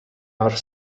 are